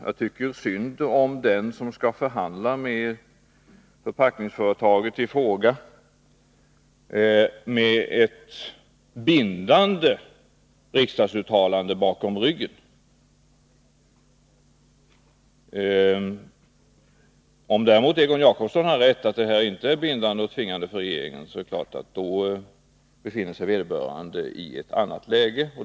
Jag tycker synd om den som skall förhandla med förpackningsföretaget i fråga, med ett bindande riksdagsuttalande bakom ryggen. Om däremot Egon Jacobsson har rätt och detta inte är bindande och tvingande för regeringen, är det klart att vederbörande befinner sig i ett annat läge.